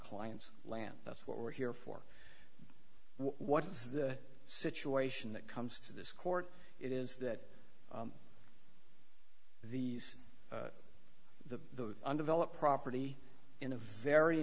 client's land that's what we're here for what is the situation that comes to this court it is that these the undeveloped property in a very